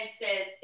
says